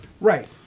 Right